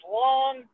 long